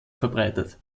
verbreitet